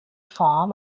form